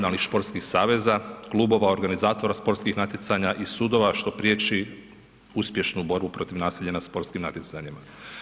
športskih saveza, klubova, organizatora sportskih natjecanja i sudova što priječi uspješnu borbu protiv nasilja na sportskim natjecanjima.